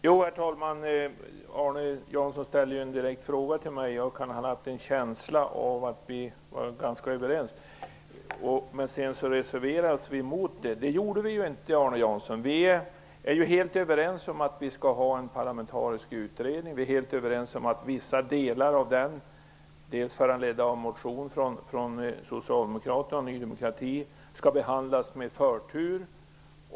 Herr talman! Arne Jansson ställde en direkt fråga till mig. Han har haft en känsla av att vi var ganska överens men att vi moderater sedan reserverade oss. Det gjorde vi inte. Vi är ju helt överens om att vi skall ha en parlamentarisk utredning. Vi är helt överens om att vissa delar av den, föranledda av en motion från Socialdemokraterna och Ny demokrati, skall behandlas med förtur.